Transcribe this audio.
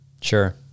Sure